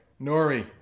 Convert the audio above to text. Nori